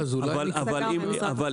--- אני